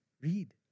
Read